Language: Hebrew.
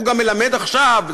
הוא גם מלמד עכשיו,